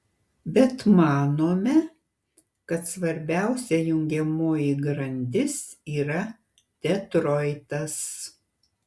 bet manome kad svarbiausia jungiamoji grandis yra detroitas